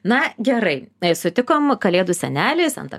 na gerai tai sutikom kalėdų senelį santa